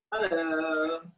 Hello